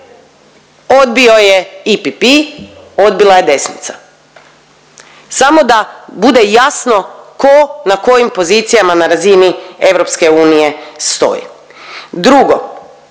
Odbio je IPP, odbila je desnica. Samo da bude jasno ko na kojim pozicijama na razini EU stoji. Drugo,